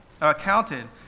accounted